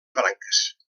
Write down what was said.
branques